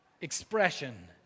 expression